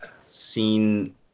seen